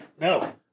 No